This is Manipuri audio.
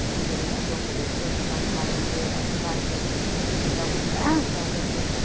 ꯑꯗꯨꯗꯤ ꯑꯩ ꯑꯇꯣꯞꯄꯗꯁꯨ ꯑꯗꯨꯝ ꯑꯩ ꯍꯥꯏꯔꯒꯦ ꯑꯩ ꯏꯁꯥꯒꯤꯁꯨ ꯑꯗꯨꯝ ꯂꯧꯔꯒꯦ